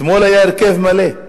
אתמול היה הרכב מלא,